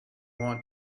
want